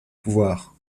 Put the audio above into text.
pouvoir